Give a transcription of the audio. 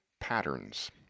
Patterns